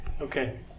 Okay